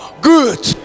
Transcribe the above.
good